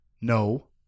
No